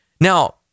Now